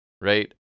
right